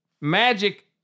Magic